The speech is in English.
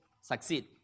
succeed